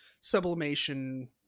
sublimation